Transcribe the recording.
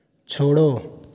छोड़ो